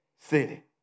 city